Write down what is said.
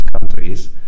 countries